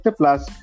plus